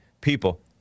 people